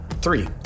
Three